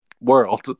world